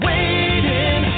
Waiting